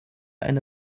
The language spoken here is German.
eine